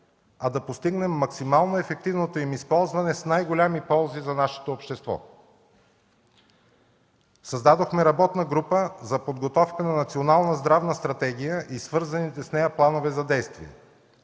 а да постигнем максимално ефективното им използване с най-големи ползи за нашето общество. Създадохме работна група за подготовка на национална здравна стратегия и свързаните с нея планове за действие.